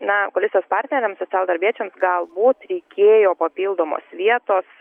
na koalicijos partneriams socialdarbiečiams galbūt reikėjo papildomos vietos